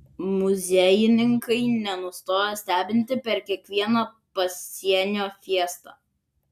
muziejininkai nenustoja stebinti per kiekvieną pasienio fiestą